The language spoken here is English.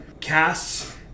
casts